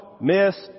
miss